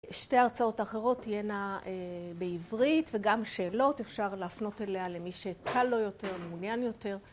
שתי הרצאות אחרות תהיינה בעברית וגם שאלות, אפשר להפנות אליה למי שקל לו יותר, מעוניין יותר.